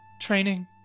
training